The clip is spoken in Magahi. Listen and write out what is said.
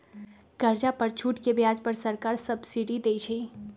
कर्जा पर छूट के ब्याज पर सरकार सब्सिडी देँइ छइ